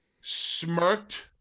smirked